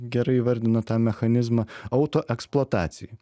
gerai įvardina tą mechanizmą auto eksploatacijai